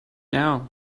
now